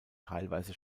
teilweise